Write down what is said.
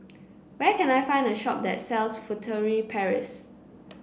where can I find a shop that sells Furtere Paris